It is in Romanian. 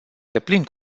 deplin